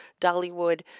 Dollywood